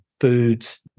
foods